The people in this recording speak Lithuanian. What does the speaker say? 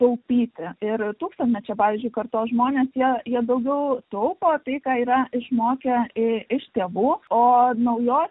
taupyti ir tūkstantmečio pavyzdžiui kartos žmonės jei jie daugiau taupo tai ką yra išmokę iš tėvų o naujos